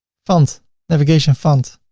font navigation font,